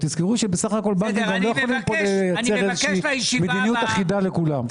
בסך הכול אי אפשר לייצר מדיניות אחידה לכולם.